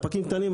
ספקים קטנים,